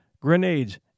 grenades